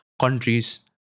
countries